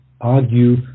argue